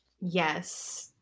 Yes